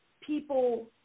people